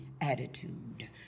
attitude